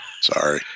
sorry